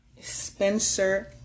Spencer